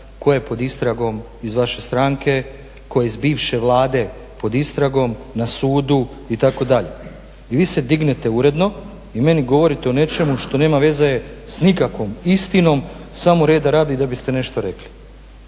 tko je pod istragom iz vaše stranke, tko je iz bivše Vlade pod istragom, na sudu itd. i vi se dignete uredno i meni govorite o nečemu što nema veze s nikakvom istinom, samo reda radi da biste nešto rekli.